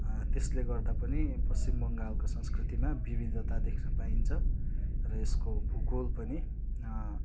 त्यसले गर्दा पनि पश्चिम बङ्गालको संस्कृतिमा विविधता देख्न पाइन्छ र यसको भूगोल पनि